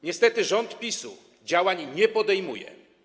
Niestety rząd PiS-u działań nie podejmuje.